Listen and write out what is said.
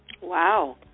Wow